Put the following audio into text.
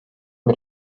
bir